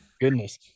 Goodness